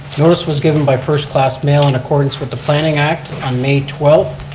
notice was given by first class mail, in accordance with the planning act on may twelve,